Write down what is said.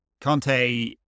Conte